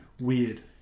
weird